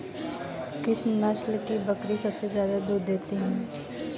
किस नस्ल की बकरी सबसे ज्यादा दूध देती है?